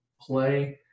play